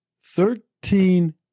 Thirteen